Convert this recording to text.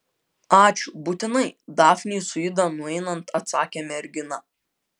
ačiū būtinai dafnei su ida nueinant atsakė mergina